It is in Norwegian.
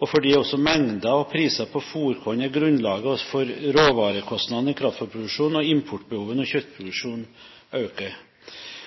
også fordi mengder og priser på fôrkorn er grunnlaget for råvarekostnadene i kraftfôrproduksjonen og importbehovet når kjøttproduksjonen øker.